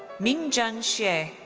mingjun xie,